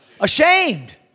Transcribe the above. Ashamed